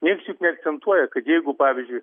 nieks juk neakcentuoja taigi jeigu pavyzdžiui